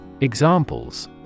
Examples